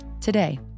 Today